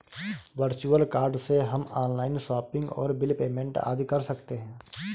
virtual card से हम online shopping और बिल पेमेंट आदि कर सकते है